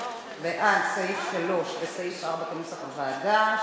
בעד סעיפים 3 ו-4 כנוסח הוועדה,